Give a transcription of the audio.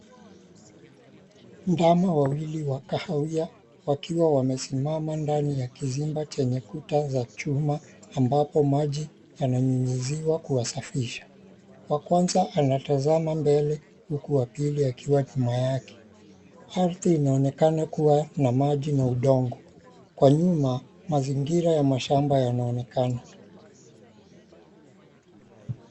Ndama wawili wa kahawia wakiwa wamesimama ndani ya kizimba chenye kuta za chuma ambapo maji yananyunyuziwa kuwasafisha. Wa kwanza anatazama mbele huku wa pili akiwa nyuma yake. Ardhi inaonekana kuwa na maji na udongo. Kwa nyuma mazingira ya mashamba yanaonekana.